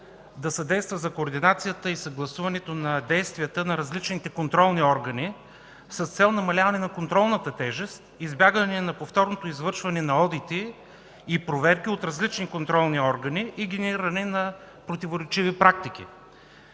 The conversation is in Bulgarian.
да съдейства за координацията и съгласуването на действията на различните контролни органи с цел намаляване на контролната тежест, избягване на повторното извършване на одити и проверки от различни контролни органи и генериране на противоречиви практики.